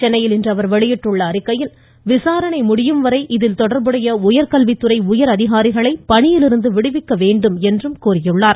சென்னையில் இன்று அவர் வெளியிட்டுள்ள அறிக்கையில் விசாரணை முடியும் வரை இதில் தொடர்புடைய உயர்கல்வித்துறை உயர் அதிகாரிகளை பணியில் இருந்து விடுவிக்க வேண்டும் என்றும் அவர் கோரியுள்ளார்